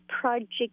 project